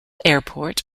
airport